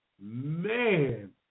man